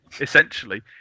Essentially